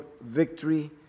victory